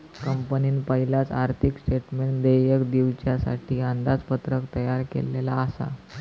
कंपनीन पयलाच आर्थिक स्टेटमेंटमध्ये देयक दिवच्यासाठी अंदाजपत्रक तयार केल्लला आसा